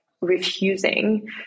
refusing